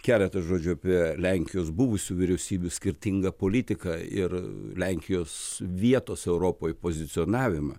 keletą žodžių apie lenkijos buvusių vyriausybių skirtingą politiką ir lenkijos vietos europoj pozicionavimą